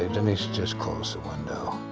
ah denise just closed the window